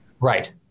Right